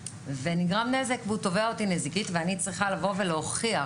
ונגרם נזק והוא תובע אותי נזיקית ואני צריכה לבוא ולהוכיח